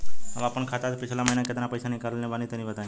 हम आपन खाता से पिछला महीना केतना पईसा निकलने बानि तनि बताईं?